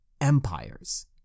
empires